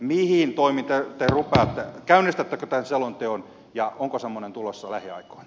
mihin toimiin te rupeatte käynnistättekö tämän selonteon ja onko semmoinen tulossa lähiaikoina